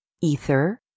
Ether